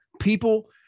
people